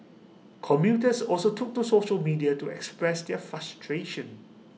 commuters also took to social media to express their frustration